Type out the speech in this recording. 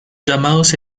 llamados